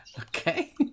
Okay